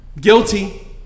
Guilty